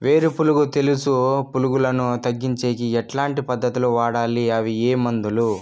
వేరు పులుగు తెలుసు పులుగులను తగ్గించేకి ఎట్లాంటి పద్ధతులు వాడాలి? అవి ఏ మందులు?